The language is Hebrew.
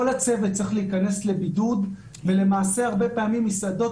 הצוות צריך להיכנס לבידוד ולמעשה הרבה פעמים מסעדות